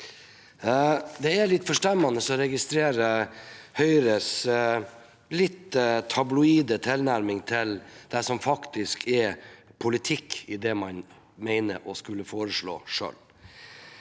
Det er litt forstemmende å registrere Høyres litt tabloide tilnærming til det som faktisk er politikk, i det man mener å skulle foreslå selv,